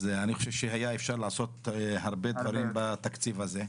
אני חושב שאפשר היה לעשות הרבה דברים בתקציב הזה.